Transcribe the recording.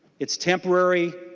it's temporary.